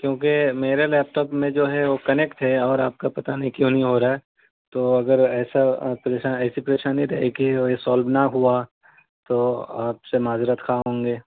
کیوںکہ میرے لیپٹاپ میں جو ہے وہ کنیکٹ ہے اور آپ کا پتا نہیں کیوں نہیں ہو رہا ہے تو اگر ایسا پریشا ایسی پریشانی ہے تو ایک ہی سالو نہ ہوا تو آپ سے معزرت خواہ ہوں گے